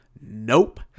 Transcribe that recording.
Nope